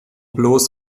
bloß